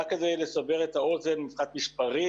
רק כדי לסבר את האוזן מבחינת מספרים,